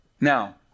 Now